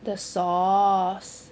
the sauce